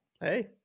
hey